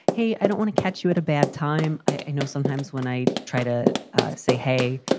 hey, i don't want to catch you at a bad time. i know sometimes when i try to say, hey,